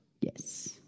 Yes